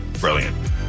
Brilliant